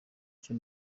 icyo